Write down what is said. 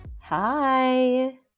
Hi